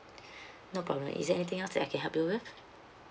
no problem is there anything else that I can help you with